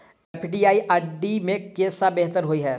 FD आ RD मे केँ सा बेहतर होइ है?